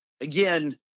again